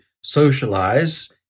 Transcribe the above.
socialize